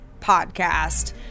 Podcast